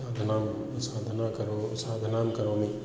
साधनां साधना करो साधनां करोमि